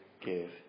give